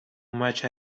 much